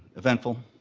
eventful.